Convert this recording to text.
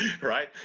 right